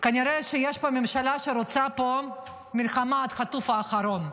כנראה שיש פה ממשלה שרוצה פה מלחמה עד החטוף האחרון,